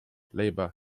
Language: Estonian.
leiba